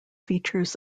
features